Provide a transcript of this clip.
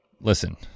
Listen